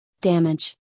damage